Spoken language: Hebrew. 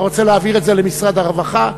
אתה רוצה להעביר את זה למשרד הרווחה,